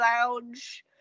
lounge